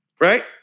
Right